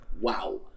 wow